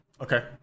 Okay